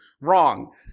wrong